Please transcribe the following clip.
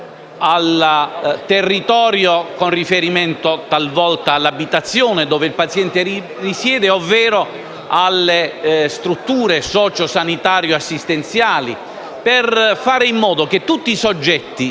al territorio, con riferimento talvolta all'abitazione dove il paziente risiede, ovvero alle strutture sociosanitarie e assistenziali, per fare in modo che tutti i soggetti